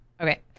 okay